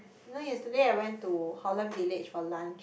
you know yesterday I went to Holland-Village for lunch